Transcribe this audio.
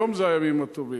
היום זה הימים הטובים.